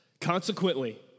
Consequently